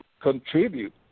contribute